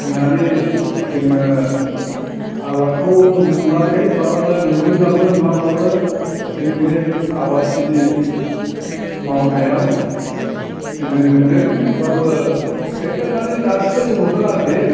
फोनानै जोङो आबादखौ नुवाखै बहाबा नुदोंब्लाबो नुवाब्लाबो जों बे आबादथिलि मावनायाव जोङो नुदों नुबाबो देग्लाय माने दासो रज'दों आरोखि